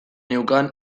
neukan